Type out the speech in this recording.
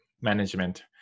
management